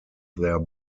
their